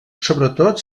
sobretot